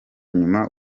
nyuma